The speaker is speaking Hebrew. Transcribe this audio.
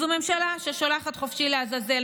אז זו ממשלה ששולחת חופשי לעזאזל,